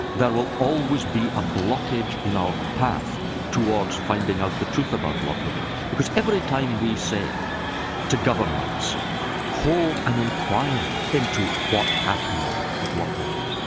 there will always be a blockage in our path towards finding out the truth about lockerbie, because every time we say to governments hold an inquiry into what happened at lockerbie,